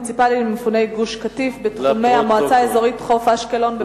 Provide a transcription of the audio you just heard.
זו תשובתו של השר כרגע,